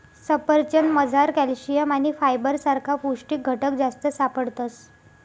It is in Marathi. सफरचंदमझार कॅल्शियम आणि फायबर सारखा पौष्टिक घटक जास्त सापडतस